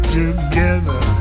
together